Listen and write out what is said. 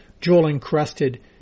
jewel-encrusted